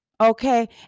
Okay